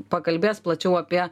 pakalbės plačiau apie